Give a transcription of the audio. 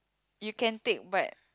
you can take but